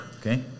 okay